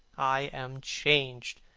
i am changed,